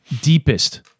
deepest